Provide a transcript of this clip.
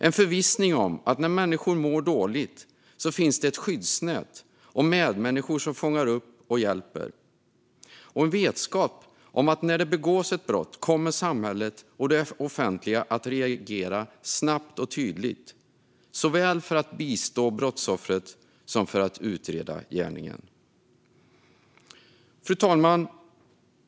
En förvissning om att när människor mår dåligt finns det ett skyddsnät och medmänniskor som fångar upp och hjälper. Och en vetskap om att när det begås ett brott kommer samhället och det offentliga att reagera snabbt och tydligt, såväl för att bistå brottsoffret som för att utreda gärningen. Fru talman!